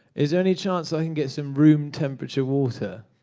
is there any chance i can get some room temperature water?